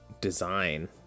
design